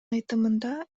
айтымында